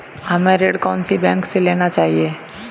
हमें ऋण कौन सी बैंक से लेना चाहिए?